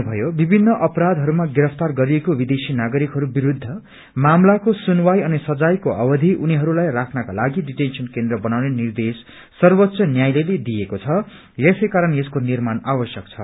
मंत्रीले भन्नुभयो विभिन्न अपराधहरूमा गिरफ्तार गरिएको विदेशी नागरिकहरू विरूद्ध मामलाको सुनवाई अनि सजाईको अवधि उनीहरूलाई राख्नकालागि डिटेंशन् केन्द्र बनाउने निर्देश सर्वोच्च न्यायालयले दिएको छ यसैकारण यसको निर्माण आवश्यक छ